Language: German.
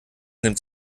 nimmt